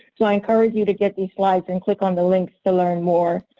so i encourage you to get these slides and click on the links to learn more.